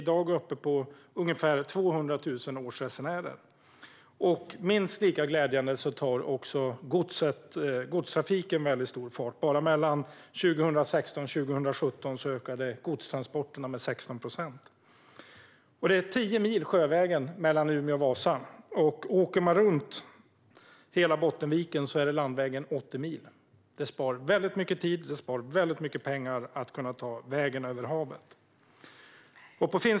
I dag finns ungefär 200 000 årsresenärer. Minst lika glädjande tar också godstrafiken stor fart. Mellan 2016 och 2017 ökade godstransporterna med 16 procent. Det är 10 mil sjövägen mellan Umeå och Vasa. Om man åker runt hela Bottenviken är det landvägen 80 mil. Det spar mycket tid och pengar att ta vägen över havet.